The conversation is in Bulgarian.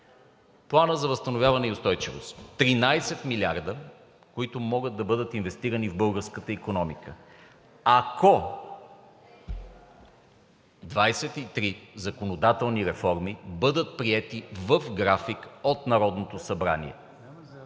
Планът за възстановяване и устойчивост. Тринадесет милиарда, които могат да бъдат инвестирани в българската икономика, ако 23 законодателни реформи бъдат приети в график от Народното събрание.